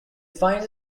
finds